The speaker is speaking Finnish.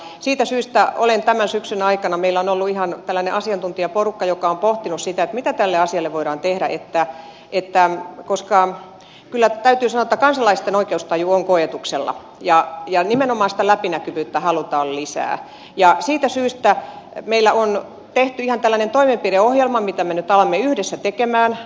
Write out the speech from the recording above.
siitä syystä tämän syksyn aikana meillä on ollut ihan tällainen asiantuntijaporukka joka on pohtinut sitä mitä tälle asialle voidaan tehdä koska kyllä täytyy sanoa että kansalaisten oikeustaju on koetuksella ja nimenomaan sitä läpinäkyvyyttä halutaan lisää meillä on tehty ihan tällainen toimenpideohjelma mitä me nyt alamme yhdessä tehdä